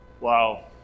wow